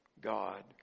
God